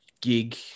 gig